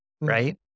right